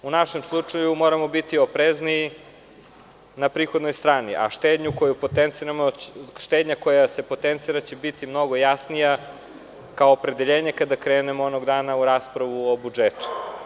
U našem slučaju moramo biti oprezniji na prihodnoj strani, a štednja koja se potencira će biti mnogo jasnija kao opredeljenje kada krenemo u raspravu o samom budžetu.